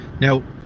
Now